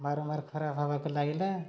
ବାରମ୍ବାର ଖରାପ ହେବାକୁ ଲାଗିଲା